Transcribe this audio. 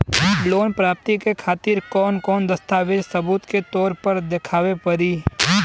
Loan प्राप्ति के खातिर कौन कौन दस्तावेज सबूत के तौर पर देखावे परी?